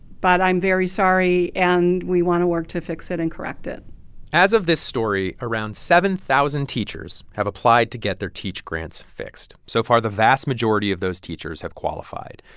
but i'm very sorry, and we want to work to fix it and correct it as of this story, around seven thousand teachers have applied to get their teach grants fixed. so far, the vast majority of those teachers have qualified.